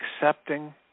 accepting